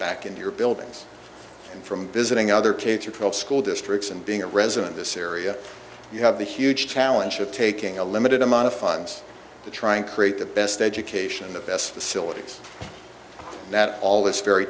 back into your buildings and from visiting other k through twelve school districts and being a resident this area you have the huge challenge of taking a limited amount of funds to try and create the best education the best facilities that all this very